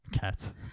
Cats